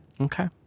Okay